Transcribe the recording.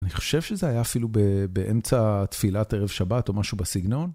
אני חושב שזה היה אפילו באמצע תפילת ערב שבת או משהו בסגנון.